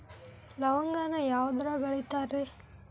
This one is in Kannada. ಲವಂಗಾನ ಯಾವುದ್ರಾಗ ಅಳಿತಾರ್ ರೇ?